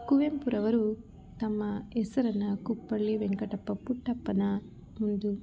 ಕುವೆಂಪುರವರು ತಮ್ಮ ಹೆಸರನ್ನ ಕುಪ್ಪಳ್ಳಿ ವೆಂಕಟಪ್ಪ ಪುಟ್ಟಪ್ಪನ ಒಂದು